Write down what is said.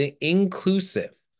inclusive